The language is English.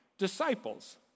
disciples